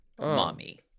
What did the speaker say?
Mommy